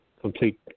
complete